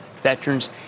veterans